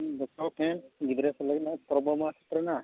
ᱡᱚᱛᱚ ᱜᱮ ᱜᱤᱫᱽᱨᱟᱹ ᱠᱚ ᱞᱟᱹᱜᱤᱫ ᱦᱚᱸ ᱥᱚᱨᱵᱚ ᱢᱳᱴ ᱨᱮᱱᱟᱜ